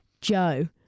Joe